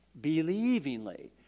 believingly